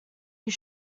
you